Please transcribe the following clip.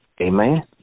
Amen